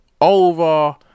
over